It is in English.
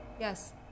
Yes